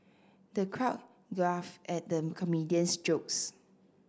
the crowd at the comedian's jokes